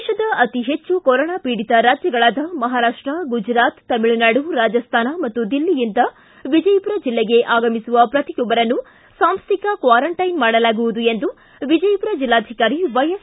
ದೇಶದ ಅತೀ ಹೆಬ್ಬು ಕೊರೋನಾ ಪೀಡಿತ ರಾಜ್ತಗಳಾದ ಮಹಾರಾಷ್ಟ ಗುಜರಾತ್ ತಮಿಳುನಾಡು ರಾಜಸ್ಥಾನ ಹಾಗೂ ದಿಲ್ಲಿಯಿಂದ ವಿಜಯಪುರ ಜಿಲ್ಲೆಗೆ ಆಗಮಿಸುವ ಪ್ರತಿಯೊಬ್ಬರನ್ನು ಸಾಂಸ್ಟಿಕ ಕ್ವಾರಂಟೈನ್ ಮಾಡಲಾಗುವುದು ಎಂದು ವಿಜಯಪುರ ಜಿಲ್ಲಾಧಿಕಾರಿ ವೈಎಸ್